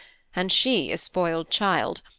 and she a spoiled child,